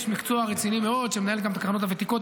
איש מקצוע רציני מאוד שמנהל גם את הקרנות הוותיקות.